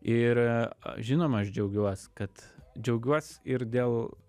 ir žinoma aš džiaugiuos kad džiaugiuos ir dėl